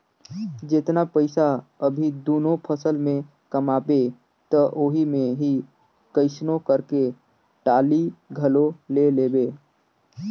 जेतना पइसा अभी दूनो फसल में कमाबे त ओही मे ही कइसनो करके टाली घलो ले लेबे